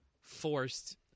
forced